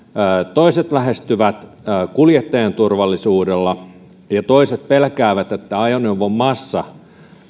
toiset lähestyvät kuljettajan turvallisuuden kannalta ja toiset pelkäävät että ajoneuvon massa